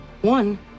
One